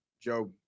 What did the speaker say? joe